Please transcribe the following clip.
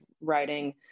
writing